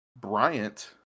Bryant